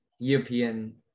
European